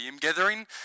gathering